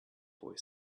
boy